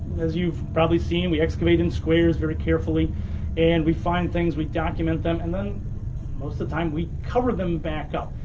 as you've probably seen, we excavate in squares very carefully and we find things, we document them, and then most of the time we cover them back up.